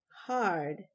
hard